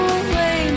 away